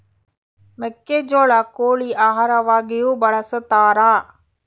ಮೆಕ್ಕೆಜೋಳ ಕೋಳಿ ಆಹಾರವಾಗಿಯೂ ಬಳಸತಾರ